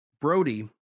Brody